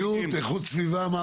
בריאות, איכות הסביבה.